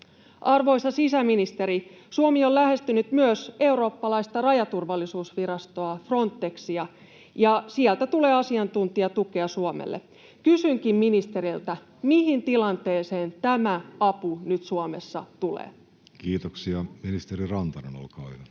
Arvoisa sisäministeri, Suomi on lähestynyt myös eurooppalaista rajaturvallisuusvirastoa, Frontexia, ja sieltä tulee asiantuntijatukea Suomelle. Kysynkin ministeriltä: mihin tilanteeseen tämä apu nyt Suomessa tulee? Kiitoksia. — Ministeri Rantanen, olkaa hyvä.